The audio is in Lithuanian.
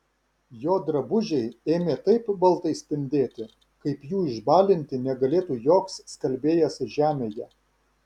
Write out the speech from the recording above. jo drabužiai ėmė taip baltai spindėti kaip jų išbalinti negalėtų joks skalbėjas žemėje